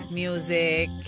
music